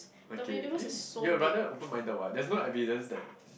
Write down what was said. okay eh you're rather open minded what there's no evidence that